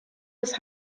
des